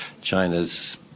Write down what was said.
China's